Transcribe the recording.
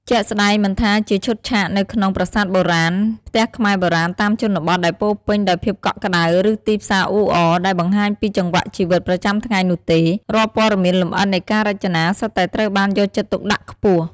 ជាក់ស្តែង មិនថាជាឈុតឆាកនៅក្នុង ប្រាសាទបុរាណ ផ្ទះខ្មែរបុរាណតាមជនបទ ដែលពោរពេញដោយភាពកក់ក្តៅ ឬ ទីផ្សារអ៊ូអរ ដែលបង្ហាញពីចង្វាក់ជីវិតប្រចាំថ្ងៃនោះទេ រាល់ព័ត៌មានលម្អិតនៃការរចនាសុទ្ធតែត្រូវបានយកចិត្តទុកដាក់ខ្ពស់។